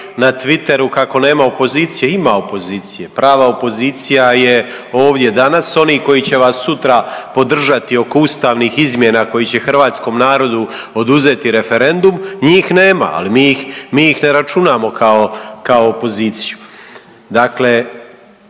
na Twitteru kako nema opozicije, ima opozicije, prava opozicija je ovdje danas, oni koji će vas sutra podržati oko ustavnih izmjena koji će hrvatskom narodu oduzeti referendum njih nema, ali mi ih, mi ih ne računamo kao, kao opoziciju.